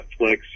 Netflix